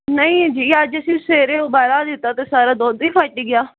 ਨਹੀਂ ਜੀ ਅੱਜ ਅਸੀਂ ਸਵੇਰੇ ਉਬਾਲਾ ਦਿੱਤਾ ਤਾਂ ਸਾਰਾ ਦੁੱਧ ਹੀ ਫਟ ਗਿਆ